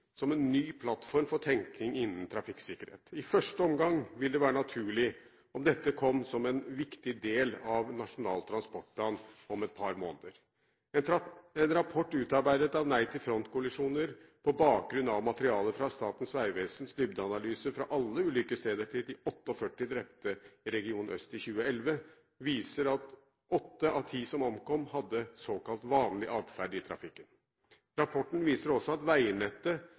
som en ny plattform for tenkning innenfor trafikksikkerhet. I første omgang vil det være naturlig om dette kom som en viktig del av Nasjonal transportplan om et par måneder. En rapport utarbeidet av Nei til Frontkollisjoner på bakgrunn av materiale fra Statens vegvesens dybdeanalyser fra alle ulykkesstedene til alle de 48 drepte i region øst i 2011 viser at 8 av 10 som omkom, hadde såkalt vanlig atferd i trafikken. Rapporten viser også at veinettet